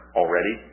already